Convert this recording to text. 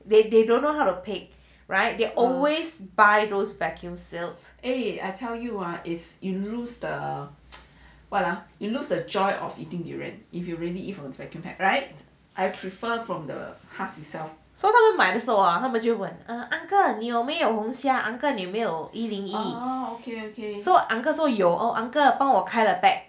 they they don't know how to pick right they always buy those vacuum sealed right so 他们买的时候啊他们 err uncle 你有没有红霞 uncle 你有没有一零一 so uncle 说有 uncle 帮我开了 pack